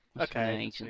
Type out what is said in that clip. Okay